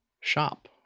shop